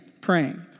praying